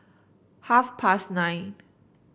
half past nine